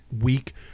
week